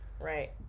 right